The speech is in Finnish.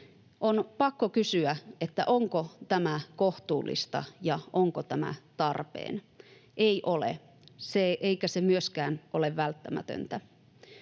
On pakko kysyä, onko tämä kohtuullista ja onko tämä tarpeen. Ei ole, eikä se myöskään ole välttämätöntä.